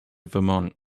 vermont